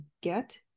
get